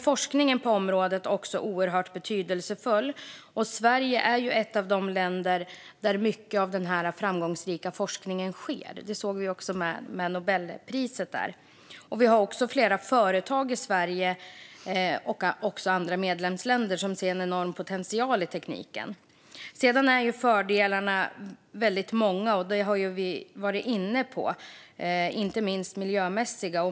Forskningen på området är också oerhört betydelsefull, och Sverige är ett av de länder där mycket av den framgångsrika forskningen sker. Det såg vi också med Nobelpriset. Vi har också flera företag i Sverige och andra medlemsländer som ser en enorm potential i tekniken. Fördelarna är många, och det har vi varit inne på, inte minst de miljömässiga.